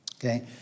Okay